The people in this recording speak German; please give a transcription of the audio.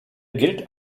gilt